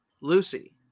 Lucy